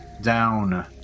down